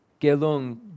Gelung